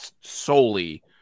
solely